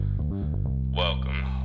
welcome